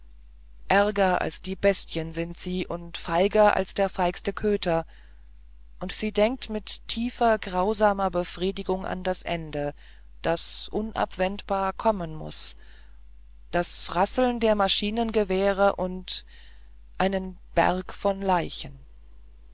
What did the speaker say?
ärger als die bestien sind sie und feiger als die feigsten köter und sie denkt mit tiefer grausamer befriedigung an das ende das unabwendbar kommen muß das rasseln der maschinengewehre und ein berg von leichen